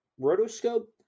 rotoscope